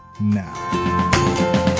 now